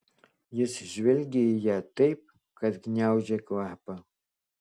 jis žvelgė į ją taip kad gniaužė kvapą